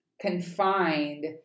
confined